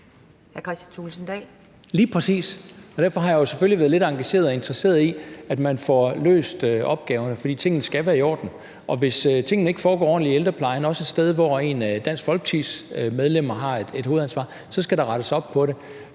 Kristian Thulesen Dahl (DF): Lige præcis, og derfor har jeg jo selvfølgelig været lidt engageret og interesseret i, at man får løst opgaverne. For tingene skal være i orden, og hvis tingene ikke foregår ordentligt i ældreplejen, også et sted, hvor en af Dansk Folkepartis medlemmer har et hovedansvar, skal der rettes op på det.